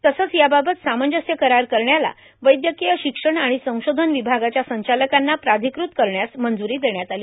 तसंच याबाबत सामंजस्य करार करण्यासाठी वैद्यकीय शिक्षण आणि संशोधन विभागाच्या संचालकांना प्राधिकृत करण्यास मंजुरी देण्यात आली